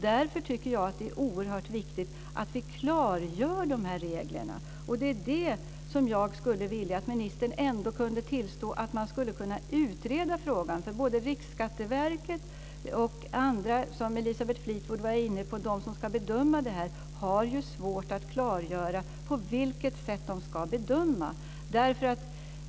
Därför tycker jag att det är oerhört viktigt att klargöra de här reglerna. Vad jag skulle vilja att ministern kunde tillstå är just att man kunde utreda frågan. Både Riksskatteverket och andra, som Elisabeth Fleetwood var inne på, som ska bedöma sådant här har ju svårt att klargöra på vilket sätt det ska bedömas.